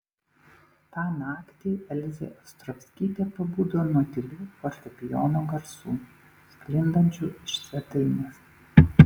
tą naktį elzė ostrovskytė pabudo nuo tylių fortepijono garsų sklindančių iš svetainės